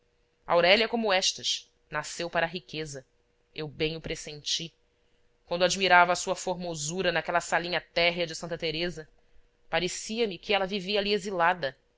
como estas nasceu para a riqueza eu bem o pressenti quando admirava a sua formosura naquela salinha térrea de santa teresa parecia-me que ela vivia ali exilada